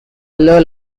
yellow